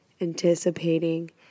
anticipating